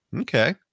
okay